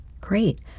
Great